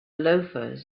loafers